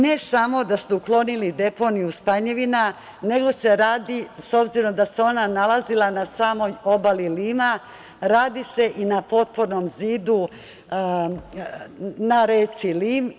Ne samo da ste uklonili deponiju "Stanjevina", nego se radi, s obzirom da se ona nalazila na samoj obali Lima, i na potpornom zidu na reci Lim.